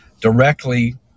directly